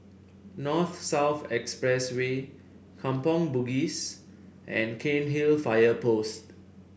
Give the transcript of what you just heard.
North South Expressway Kampong Bugis and Cairnhill Fire Post